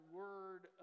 word